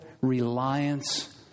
reliance